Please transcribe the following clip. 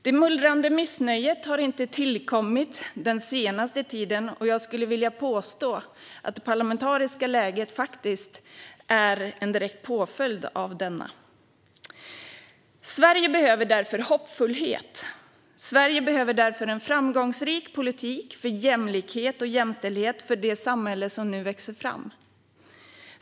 Det mullrande missnöjet har inte tillkommit den senaste tiden, och jag skulle vilja påstå att det parlamentariska läget är en direkt följd av detta. Sverige behöver därför hoppfullhet. Sverige behöver därför en framgångsrik politik för jämlikhet och jämställdhet för det samhälle som nu växer fram.